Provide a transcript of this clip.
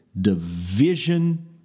division